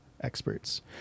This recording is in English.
experts